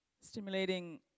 stimulating